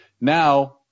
Now